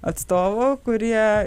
atstovų kurie